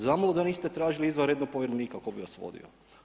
Zamalo da niste tražili izvanrednog povjerenika koji bi vas vodio.